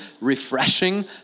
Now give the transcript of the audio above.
refreshing